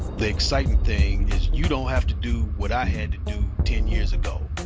the exciting thing is you don't have to do what i had to do ten years ago,